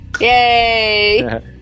Yay